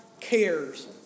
cares